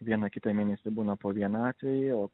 vieną kitą mėnesį būna po vieną atvejį o